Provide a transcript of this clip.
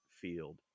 field